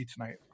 tonight